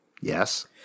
yes